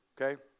okay